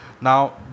Now